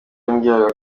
yambwiraga